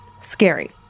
scary